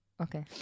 Okay